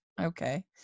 okay